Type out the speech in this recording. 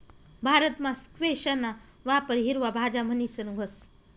भारतमा स्क्वैशना वापर हिरवा भाज्या म्हणीसन व्हस